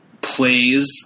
plays